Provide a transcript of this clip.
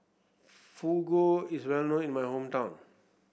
fugu is well known in my hometown